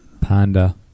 Panda